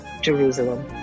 Jerusalem